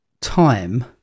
time